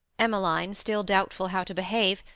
emmeline, still doubtful how to behave,